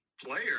Player